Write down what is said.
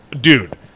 Dude